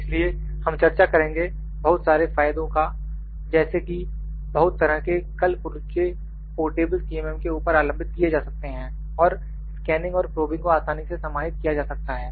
इसलिए हम चर्चा करेंगे बहुत सारे फ़ायदों का जैसे कि बहुत तरह के कल पुर्जे पोर्टेबल सीएमएम CMM के ऊपर आलंबित किए जा सकते हैं और स्कैनिंग और प्रॉबिंग को आसानी से समाहित किया जा सकता है